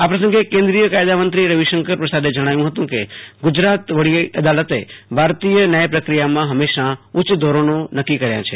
આ પ્રસંગે કેન્દ્રીય કાયદામંત્રી રવિશંકર પ્રસાદે જણાવ્યું હતું કે ગુજરાત વેલડી અદ્દાલતે લારતીય ન્યાય પ્રકિયામાં હંમેશાં ઉચ્ય ધોરણો નક્કી કર્યાં છે